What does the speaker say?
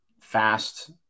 fast